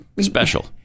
special